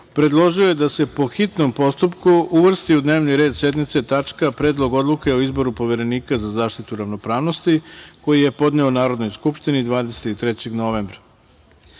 predložio je da se po hitnom postupku vrsti u dnevni red sednice tačka – Predlog odluke o izboru Poverenika za zaštitu ravnopravnosti, koji je podneo Narodnoj skupštini 23. novembra. Stavljam